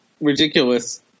ridiculous